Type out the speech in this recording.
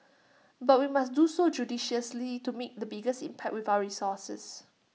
but we must do so judiciously to make the biggest impact with our resources